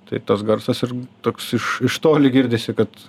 tai tas garsas ir toks iš iš toli girdisi kad